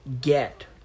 get